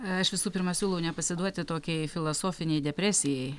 aš visų pirma siūlau nepasiduoti tokiai filosofinei depresijai